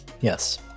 Yes